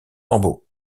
lambeaux